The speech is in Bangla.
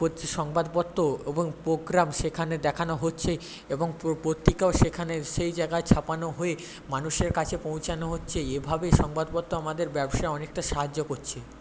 সংবাদপত্র এবং পোগ্রাম সেখানে দেখানো হচ্ছে এবং পত্রিকাও সেখানে সেই জায়গায় ছাপানো হয়ে মানুষের কাছে পৌঁছানো হচ্ছে এভাবে সংবাদপত্র আমাদের ব্যবসায় অনেকটা সাহায্য করছে